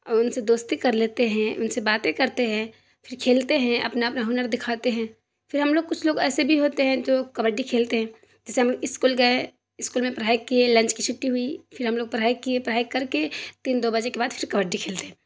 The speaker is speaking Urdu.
اور ان سے دوستی کر لیتے ہیں ان سے باتیں کرتے ہیں پھر کھیلتے ہیں اپنا اپنا ہنر دکھاتے ہیں پھر ہم لوگ کچھ لوگ ایسے بھی ہوتے ہیں جو کبڈی کھیلتے ہیں جیسے ہم لوگ اسکول گئے اسکول میں پڑھائی کیے لنچ کی چھٹی ہوئی پھر ہم لوگ پڑھائی کیے پڑھائی کر کے تین دو بجے کے بعد پھر کبڈی کھیلتے ہیں